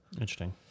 Interesting